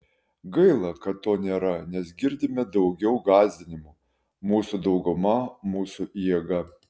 gaila kad to nėra nes girdime daugiau gąsdinimų mūsų dauguma mūsų jėga